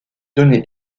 données